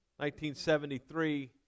1973